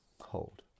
Hold